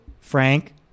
Frank